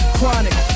chronic